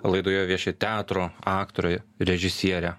laidoje vieši teatro aktorė režisierė